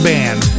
Band